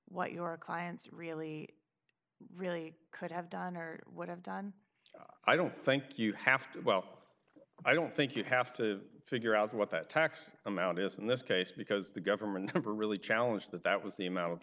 what your clients really really could have done or would have done i don't think you have to well i don't think you have to figure out what that tax amount is in this case because the government are really challenged that that was the amount